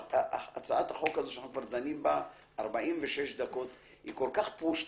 הצעת החוק שאנחנו כבר דנים בה 46 דקות היא כל כך פושטית,